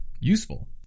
useful